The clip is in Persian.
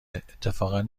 اتفاقا